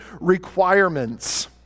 Requirements